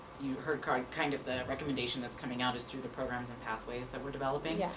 you heard kind kind of the recommendation that's coming out is through the programs and pathways that we're developing. yeah.